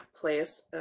place